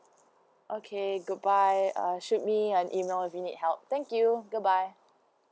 okay goodbye uh shoot me an email if you need help thank you goodbye